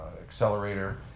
accelerator